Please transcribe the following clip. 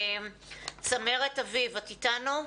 צמרת אביבי, את איתנו?